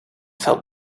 felt